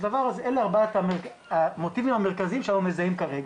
אלה ארבעת המוטיבים העיקריים שאנחנו מזהים כרגע.